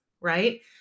right